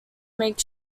make